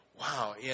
wow